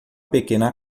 pequena